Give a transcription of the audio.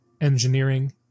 Engineering